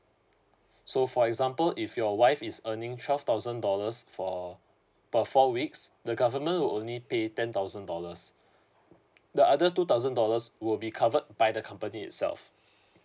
so for example if your wife is earning twelve thousand dollars for per four weeks the government will only pay ten thousand dollars the other two thousand dollars will be covered by the company itself